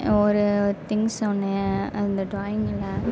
ஒரு திங்ஸ் ஒன்று அந்த ட்ராயிங்கில்